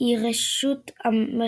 היא הרשות המחוקקת.